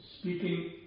speaking